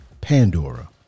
Pandora